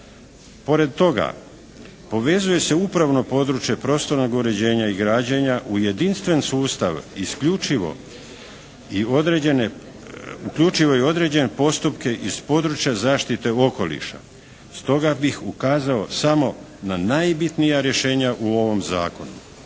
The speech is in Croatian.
Pored toga povezuje se upravno područje prostornog uređenja i građenja u jedinstven sustav isključivo i određene, uključivo i određene postupke iz područja zaštite okoliša. Stoga bih ukazao samo na najbitnija rješenja u ovom zakonu.